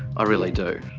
ah really do.